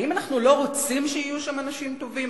האם אנחנו לא רוצים שיהיו שם אנשים טובים?